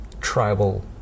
tribal